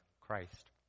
Christ